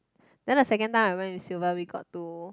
then the second time I went with Silver we got to